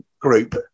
group